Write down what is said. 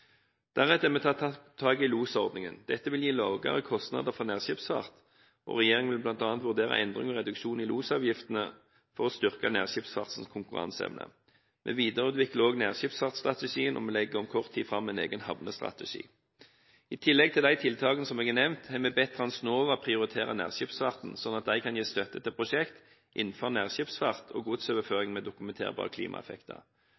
Deretter har vi tatt tak i losordningen. Dette vil gi lavere kostnader for nærskipsfart, og regjeringen vil bl.a. vurdere endring og reduksjon i losavgiftene for å styrke nærskipsfartens konkurranseevne. Vi videreutvikler òg nærskipsfartstrategien, og vi legger om kort tid fram en egen havnestrategi. I tillegg til de tiltakene som jeg har nevnt, har vi bedt Transnova prioritere nærskipsfarten, sånn at de kan gi støtte til prosjekt innenfor nærskipsfart og